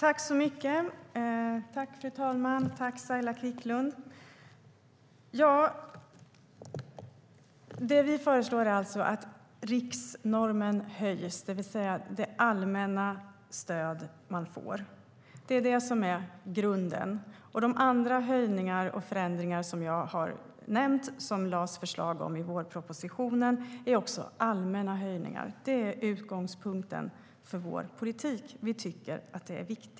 Fru talman! Tack, Saila Quicklund! Det vi föreslår är att riksnormen höjs, det vill säga det allmänna stöd som man får. Det är grunden. De andra höjningar och förändringar som jag har nämnt, och som det lades fram förslag om i vårpropositionen, är också allmänna höjningar. Det är utgångspunkten för vår politik. Vi tycker att det är viktigt.